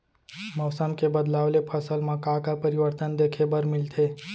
मौसम के बदलाव ले फसल मा का का परिवर्तन देखे बर मिलथे?